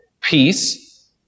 Peace